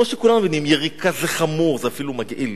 יריקה זה חמור, זה אפילו מגעיל,